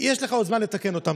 יש לך עוד זמן לתקן אותם.